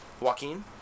Joaquin